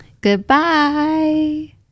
Goodbye